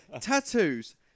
Tattoos